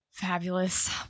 Fabulous